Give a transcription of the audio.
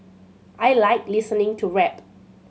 I like listening to rap